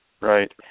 Right